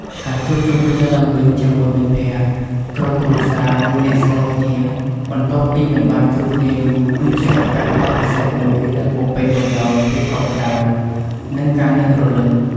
ការជួបជុំគ្នាឡើងវិញជាមួយមិត្តភក្តិ ក្រុមគ្រួសារ ឬអ្នកស្គាល់គ្នា បន្ទាប់ពីមិនបានជួបគ្នាយូរ គឺជាឱកាសដ៏ពិសេសមួយដែលពោរពេញទៅដោយភាពកក់ក្តៅ និងការនឹករលឹក។